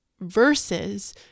versus